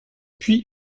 puis